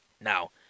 Now